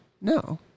No